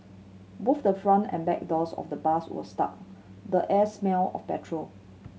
both the front and back doors of the bus were stuck the air smelled of petrol